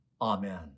Amen